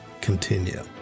continue